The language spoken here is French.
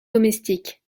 domestiques